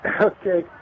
Okay